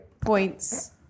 points